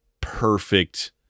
perfect